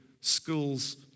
schools